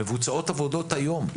מבוצעות עבודות היום,